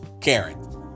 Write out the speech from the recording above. Karen